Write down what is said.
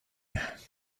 could